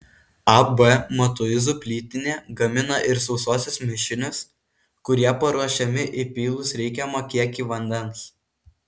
ab matuizų plytinė gamina ir sausuosius mišinius kurie paruošiami įpylus reikiamą kiekį vandens